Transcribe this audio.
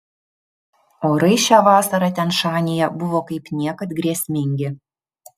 orai šią vasarą tian šanyje buvo kaip niekad grėsmingi